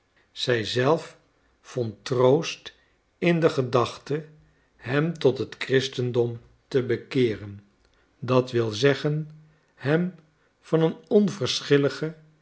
zij zelf vond troost in de gedachte hem tot het christendom te bekeeren dat wil zeggen hem van een